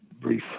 brief